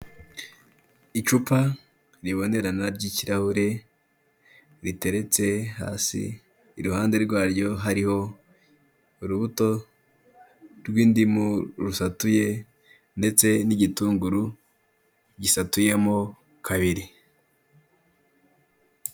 Icupa ribonerana ry'ikirahure riteretse hasi, iruhande rwaryo hariho urubuto rw'indimu rusatuye ndetse n'igitunguru gisatuyemo kabiri.